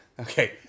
Okay